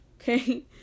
Okay